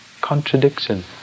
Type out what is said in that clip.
contradiction